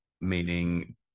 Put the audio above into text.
meaning